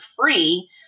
free